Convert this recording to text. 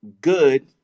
good